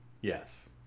yes